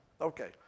Okay